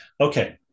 Okay